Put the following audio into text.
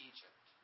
Egypt